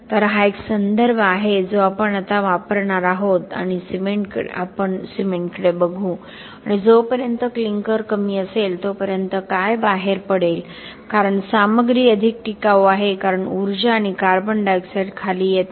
तर हा एक संदर्भ आहे जो आपण आता वापरणार आहोत आपण सिमेंटकडे बघू आणि जोपर्यंत क्लिंकर कमी असेल तोपर्यंत काय बाहेर पडेल कारण सामग्री अधिक टिकाऊ आहे कारण ऊर्जा आणि CO2 खाली येत आहेत